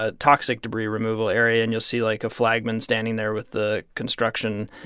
ah toxic debris removal area, and you'll see, like, a flagman standing there with the construction,